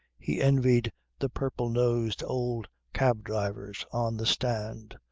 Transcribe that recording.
he envied the purple-nosed old cab-drivers on the stand,